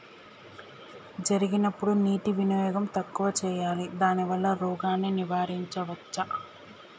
జరిగినప్పుడు నీటి వినియోగం తక్కువ చేయాలి దానివల్ల రోగాన్ని నివారించవచ్చా?